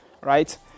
Right